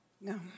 No